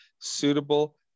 suitable